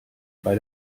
bei